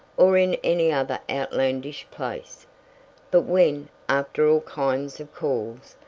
or in any other outlandish place but when, after all kinds of calls,